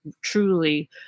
truly